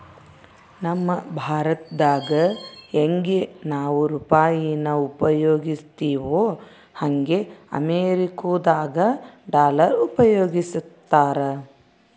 ನಮ್ ಭಾರತ್ದಾಗ ಯಂಗೆ ನಾವು ರೂಪಾಯಿನ ಉಪಯೋಗಿಸ್ತಿವೋ ಹಂಗೆ ಅಮೇರಿಕುದಾಗ ಡಾಲರ್ ಉಪಯೋಗಿಸ್ತಾರ